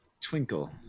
Twinkle